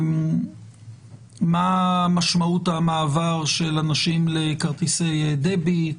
מה משמעות המעבר של אנשים לכרטיסי Debit,